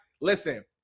listen